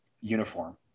uniform